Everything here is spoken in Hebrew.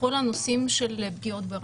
בכל הנושאים של פגיעות ברשת.